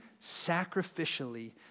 sacrificially